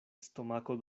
stomako